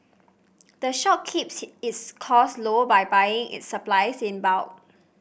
the shop keeps its cost low by buying its supplies in bulk